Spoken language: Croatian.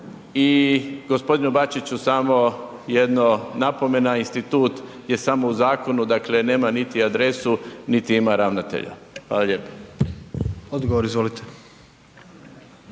i g. Bačiću samo jedna napomena, institut je samo u zakonu, dakle, nema niti adresu niti ima ravnatelja. Hvala lijepo. **Jandroković,